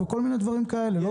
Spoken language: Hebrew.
אני לא